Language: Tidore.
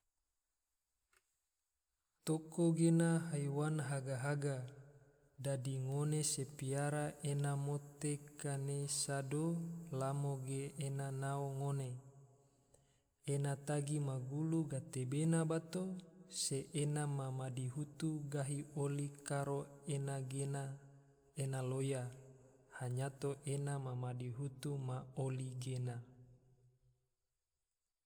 toko gena haiwan haga-haga, dadi ngone se piara ena mote kene sado lamo ge, ena nao ngone, ena tagi ma gulu gatebena bato se ena ma madihutu gahi oli karo ena gena, ena loya hanyato ena madihutu ma oli gena.